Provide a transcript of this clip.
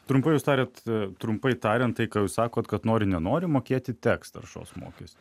trumpai jūs tariate trumpai tariant tai ką jūs sakote kad nori nenori mokėti teks taršos mokestį